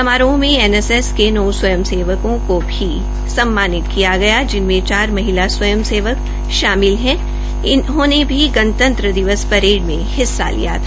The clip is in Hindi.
समारोह में एनएसएस के नौ स्वय सेवकों को भी सम्मानित किया गया जिनमें चार महिला स्वयं सेवक शामिल है इन्होंने भी गणतंत्र दिवस की परेड में हिस्सा लिया था